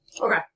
Okay